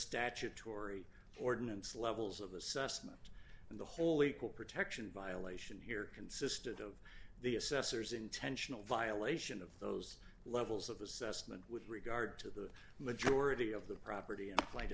statutory ordinance levels of assessment and the whole equal protection violation here consisted of the assessor's intentional violation of those levels of assessment with regard to the majority of the property and